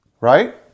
right